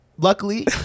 luckily